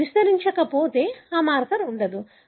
అది విస్తరించకపోతే ఆ మార్కర్ ఉండదు